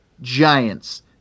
Giants